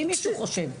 אם מישהו חושב שמ-14:30,